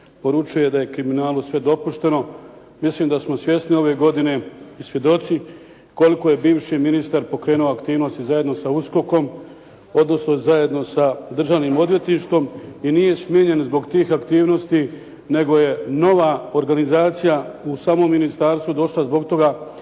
poručuje da je kriminalu sve dopušteno. Mislim da smo svjesni ove godine i svjedoci koliko je bivši ministar pokrenuo aktivnosti zajedno sa USKOK-om, odnosno zajedno sa Državnim odvjetništvom i nije smijenjen zbog tih aktivnosti, nego je nova organizacija u samom ministarstvu došla zbog toga